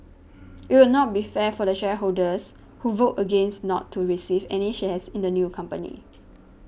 it will not be fair for the shareholders who vote against not to receive any shares in the new company